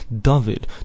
David